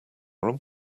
room